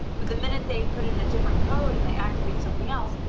but the minute they put in a different code and they activate something else,